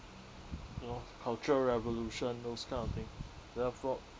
you know cultural revolution those kind of thing therefore